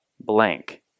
blank